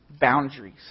Boundaries